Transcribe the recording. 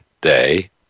day